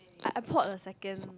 I I poured a second